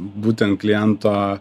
būtent kliento